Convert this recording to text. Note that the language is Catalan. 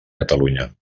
catalunya